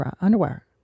underwear